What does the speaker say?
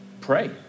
pray